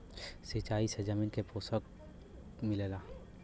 सिंचाई से जमीन के पोषण मिलेला